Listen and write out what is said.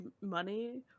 money